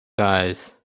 guys